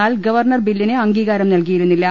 എന്നാൽ ഗവർണർ ബില്ലിന് അംഗീകാരം നൽകിയിരുന്നില്ല